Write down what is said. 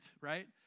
right